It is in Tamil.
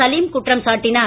சலீம் குற்றம் சாட்டினார்